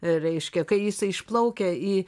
reiškia kai jisai išplaukia į